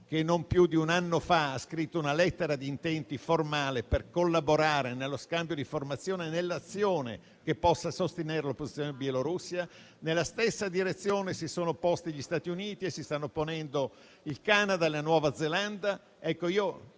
che, non più di un anno fa, ha scritto una lettera di intenti formale per collaborare nello scambio di informazioni, nell'azione che possa sostenere l'opposizione in Bielorussia. Nella stessa direzione si sono posti gli Stati Uniti e si stanno ponendo il Canada e la Nuova Zelanda.